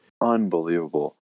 Unbelievable